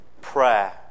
prayer